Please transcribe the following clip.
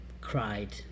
cried